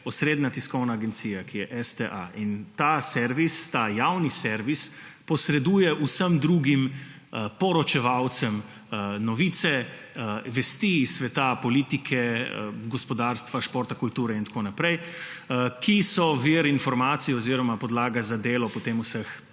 osrednja tiskovna agencija, ki je STA in ta servis, ta javni servis posreduje vsem drugim poročevalcem novice, vesti iz sveta, politike, gospodarstva, športa, kulture, itn., ki so vir informacij oziroma podlaga za delo potem vseh